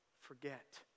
forget